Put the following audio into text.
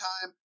time